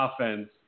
offense